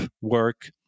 work